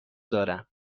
دارم